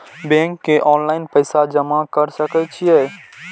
Bank में online पैसा जमा कर सके छीये?